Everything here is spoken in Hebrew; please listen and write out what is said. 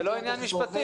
זה לא עניין משפטי.